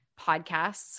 podcasts